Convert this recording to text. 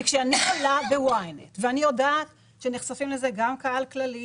כשאני עולה ב-YNET ואני יודעת שנחשף לזה גם קהל כללי,